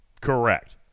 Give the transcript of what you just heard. Correct